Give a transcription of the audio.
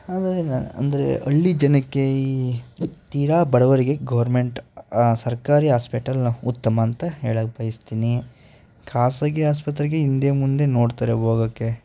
ಆಮೇಲಿಂದ ಅಂದರೆ ಹಳ್ಳಿ ಜನಕ್ಕೆ ಈ ತೀರಾ ಬಡವರಿಗೆ ಗೋರ್ಮೆಂಟ್ ಸರ್ಕಾರಿ ಹಾಸ್ಪಿಟಲನ್ನ ಉತ್ತಮಾಂತ ಹೇಳಕ್ಕೆ ಬಯಸ್ತೀನಿ ಖಾಸಗಿ ಆಸ್ಪತ್ರೆಗೆ ಹಿಂದೆ ಮುಂದೆ ನೋಡ್ತಾರೆ ಹೋಗಕ್ಕೆ